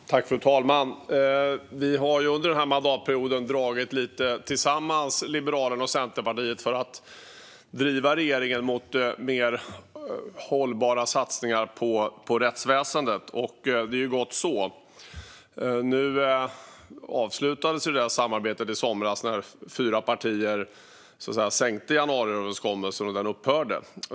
Fru talman! Centerpartiet och Liberalerna har under den här mandatperioden dragit tillsammans för att driva regeringen mot mer hållbara satsningar på rättsväsendet. Det är gott så. Nu avslutades ju det samarbetet i somras när fyra partier sänkte januariöverenskommelsen och den upphörde.